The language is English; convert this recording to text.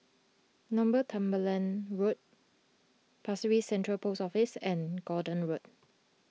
Northumberland Road Pasir Ris Central Post Office and Gordon Road